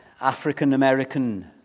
African-American